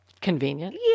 convenient